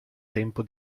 tempo